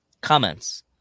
comments